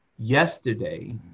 Yesterday